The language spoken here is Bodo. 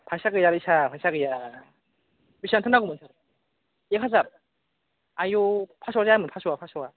फायसा गैयालै सार फायसा गैया बेसेबांथो नांगौमोन सार एक हाजार आयौ फासस'आनो जाया होनब्ला फासस' आ फास स'आ